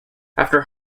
after